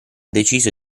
deciso